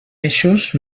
eixos